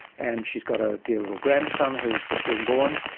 and she has got ah a dear little grandson who has just been born.